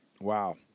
wow